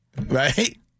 right